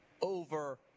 over